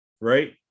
right